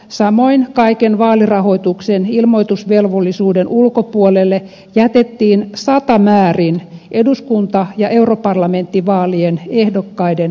samoin kaiken vaalirahoituksen ilmoitusvelvollisuuden ulkopuolelle jätettiin satamäärin eduskunta ja europarlamenttivaalien ehdokkaiden suurkampanjoita